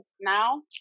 now